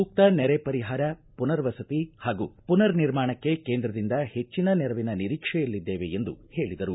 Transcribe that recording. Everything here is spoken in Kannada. ಸೂಕ್ತ ನೆರೆ ಪರಿಹಾರ ಮನರ್ವಸತಿ ಹಾಗೂ ಮನರ್ ನಿರ್ಮಾಣಕ್ಕೆ ಕೇಂದ್ರದಿಂದ ಹೆಚ್ಚಿನ ನೆರವಿನ ನಿರೀಕ್ಷೆಯಲ್ಲಿದ್ದೇವೆ ಎಂದು ಹೇಳಿದರು